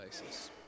basis